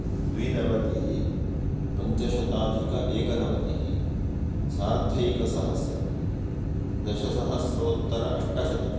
द्विनवतिः पञ्चशताधिक एकनवतिः सार्धैकसहस्रं दशसहस्रोत्तर अष्टशतम्